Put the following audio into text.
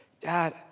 Dad